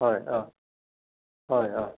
হয় অঁ হয় অঁ